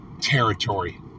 territory